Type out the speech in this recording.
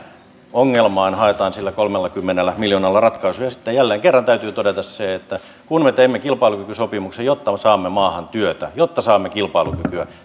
ongelmaan haetaan sillä kolmellakymmenellä miljoonalla ratkaisua sitten jälleen kerran täytyy todeta se että kun me teimme kilpailukykysopimuksen jotta me saamme maahan työtä jotta saamme kilpailukykyä